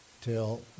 till